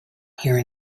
here